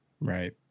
Right